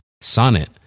Sonnet